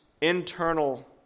internal